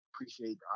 appreciate